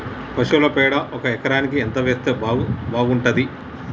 పశువుల పేడ ఒక ఎకరానికి ఎంత వేస్తే బాగుంటది?